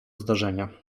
zdarzenia